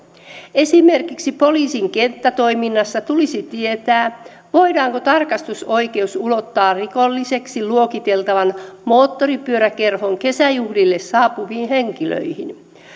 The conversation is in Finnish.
esimerkiksi poliisin kenttätoiminnassa tulisi tietää voidaanko tarkastusoikeus ulottaa rikolliseksi luokiteltavan moottoripyöräkerhon kesäjuhlille saapuviin henkilöihin